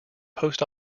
post